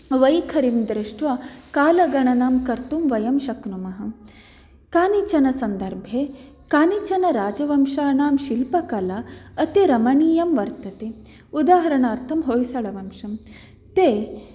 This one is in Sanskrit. वैखरिं दृष्ट्वा कालगणनां कर्तुं वयं शक्नुमः कानिचन सन्दर्भे कानिचन राजवंशानां शिल्पकला अति रमणीयं वर्तते उदाहणार्थं होयसलवंशम् ते